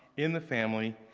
in the family,